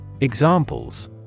Examples